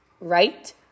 right